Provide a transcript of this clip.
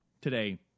today